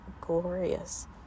glorious